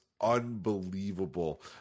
unbelievable